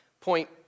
point